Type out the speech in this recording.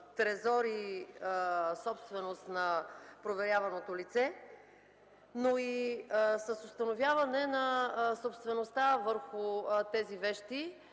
трезори, собственост на проверяваното лице, но и с установяване на собствеността върху тези вещи.